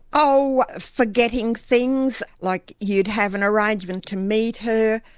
oh, forgetting things, like you'd have an arrangement to meet her,